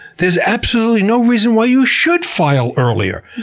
there's absolutely no reason why you should file earlier.